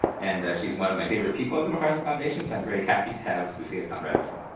and she's one of my favorite people at the macarthur foundation, so i'm very happy to have cecilia conrad.